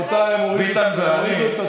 אפרופו זה, רגע, עשר דקות.